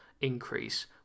increase